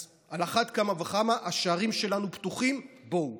אז על אחת כמה וכמה השערים שלנו פתוחים, בואו.